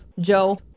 Joe